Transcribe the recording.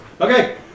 Okay